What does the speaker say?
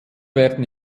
werden